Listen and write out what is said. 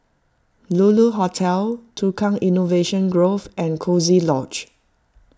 Lulu Hotel Tukang Innovation Grove and Coziee Lodge